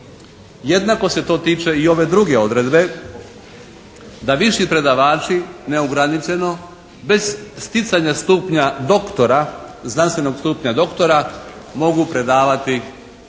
Jednako se to tiče i ove druge odredbe, da viši predavači neograničeno, bez sticanja stupnja doktora, znanstvenog stupnja doktora mogu predavati na